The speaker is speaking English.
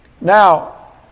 Now